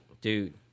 Dude